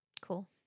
Cool